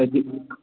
यदि